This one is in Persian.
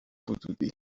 حدودی